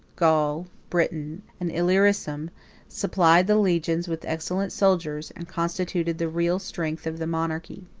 gaul, britain, and illyricum supplied the legions with excellent soldiers, and constituted the real strength of the monarchy.